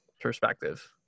perspective